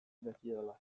dakidala